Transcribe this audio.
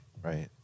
Right